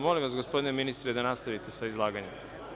Molim vas, gospodine ministre, da nastavite sa izlaganjem.